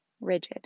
rigid